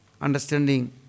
understanding